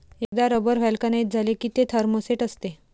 एकदा rubber vulcanise झाले की ते थर्मोसेट असते